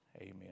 amen